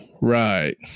right